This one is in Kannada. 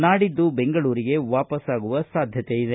ನಾಡಿದ್ದು ಬೆಂಗಳೂರಿಗೆ ವಾಪಸಾಗುವ ಸಾಧ್ಯತೆ ಇದೆ